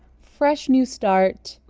fresh new start ooh,